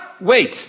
Wait